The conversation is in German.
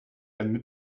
eine